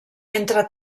entre